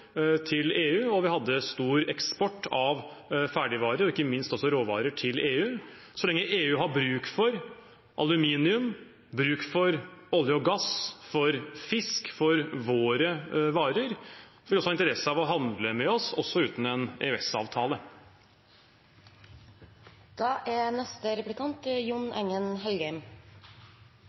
til EU, og vi hadde stor eksport av ferdigvarer og ikke minst råvarer til EU. Så lenge EU har bruk for aluminium, olje, gass og fisk – våre varer – vil de også ha interesse av å handle med oss, også uten en